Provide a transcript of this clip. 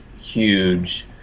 huge